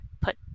put